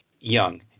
young